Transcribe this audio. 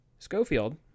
Schofield